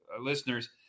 Listeners